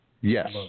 Yes